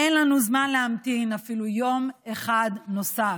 אין לנו זמן להמתין אפילו יום אחד נוסף.